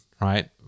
right